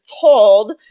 told